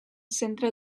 centre